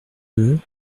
deux